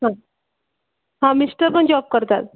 हां हां मिस्टर पण जॉब करतात